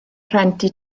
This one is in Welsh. rhentu